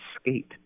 skate